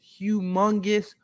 humongous